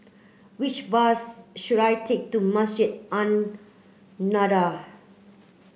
which bus should I take to Masjid An Nahdhah